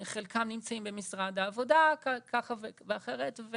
חלקם נמצאים במשרד העבודה ככה ואחרת,